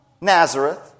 Nazareth